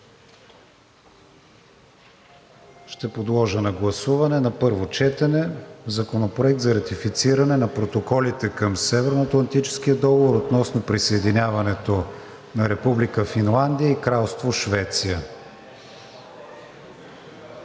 Ще подложа на гласуване на първо четене Законопроекта за ратифициране на протоколите към Северноатлантическия договор относно присъединяването на Република Финландия и Кралство Швеция.